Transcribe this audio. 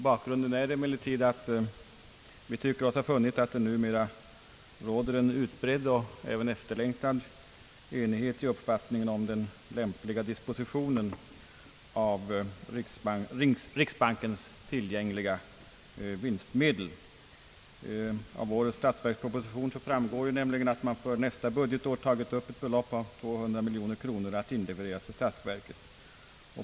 Bakgrunden är emellertid, att vi tycker oss ha funnit att det numera råder en utbredd och även efterlängtad enighet i uppfattningen om den lämpliga dispositionen av riksbankens tillgängliga vinstmedel. Av årets statsverksproposition framgår nämligen, att man för nästa budgetår tagit upp ett belopp av 200 miljoner kronor att inlevereras till statsverket.